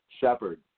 Shepard